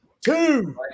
two